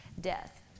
death